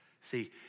See